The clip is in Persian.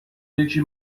یکی